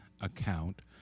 account